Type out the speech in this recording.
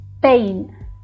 pain